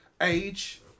age